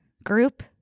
group